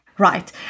Right